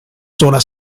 sola